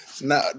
No